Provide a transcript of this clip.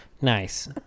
nice